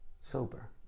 sober